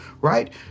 Right